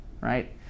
right